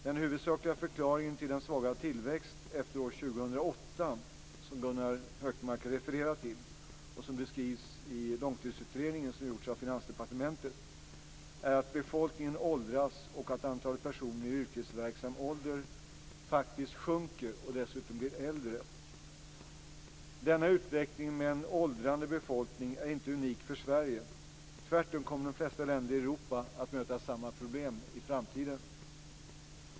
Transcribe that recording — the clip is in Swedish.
Den huvudsakliga förklaringen till den svaga tillväxt efter år 2008 som Gunnar Hökmark refererar till - och som beskrivs i Långtidsutredningen, som gjorts av Finansdepartementet - är att befolkningen åldras och att antalet personer i yrkesverksam ålder faktiskt sjunker och de dessutom blir äldre. Denna utveckling med en åldrande befolkning är inte unik för Sverige, tvärtom kommer de flesta länder i Europa att möta samma problem i framtiden.